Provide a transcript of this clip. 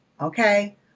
okay